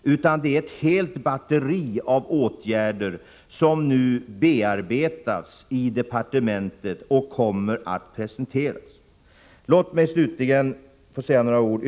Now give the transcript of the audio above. Det handlar om ett helt batteri av åtgärder som nu bearbetas i departementet och som kommer att presenteras. Herr talman! Låt mig slutligen få tillägga några ord.